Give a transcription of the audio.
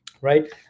right